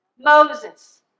Moses